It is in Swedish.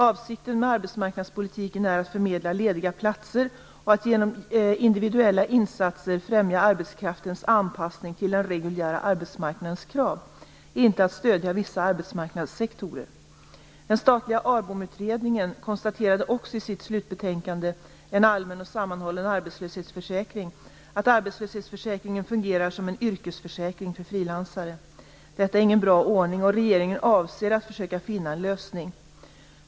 Avsikten med arbetsmarknadspolitiken är att förmedla lediga platser och att genom individuella insatser främja arbetskraftens anpassning till den reguljära arbetsmarknadens krav, inte att stödja vissa arbetsmarknadssektorer. Den statliga ARBOM-utredningen konstaterade också i sitt slutbetänkande En allmän och sammanhållen arbetslöshetsförsäkring att arbetslöshetsförsäkringen fungerar som en yrkesförsäkring för frilansare. Detta är ingen bra ordning och regeringen avser att försöka finna en lösning.